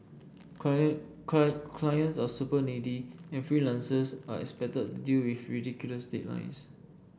client client clients are super needy and freelancers are expected to deal with ridiculous deadlines